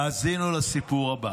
האזינו לסיפור הבא: